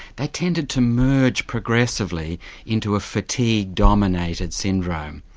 they tended to merge progressively into a fatigue dominated syndrome.